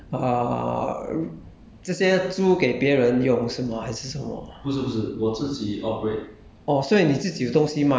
so you so in 你 eventually 是会好像 uh r~ 这些租给别人用是吗还是什么